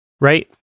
right